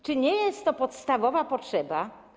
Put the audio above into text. Czy nie jest to podstawowa potrzeba?